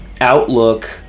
outlook